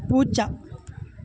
പൂച്ച